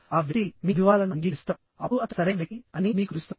ఆ వ్యక్తి మీ అభివాదాలను అంగీకరిస్తాడుఅప్పుడు అతను సరైన వ్యక్తి అని మీకుతెలుస్తుంది